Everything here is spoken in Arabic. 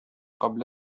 قبل